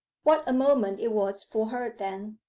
what a moment it was for her then!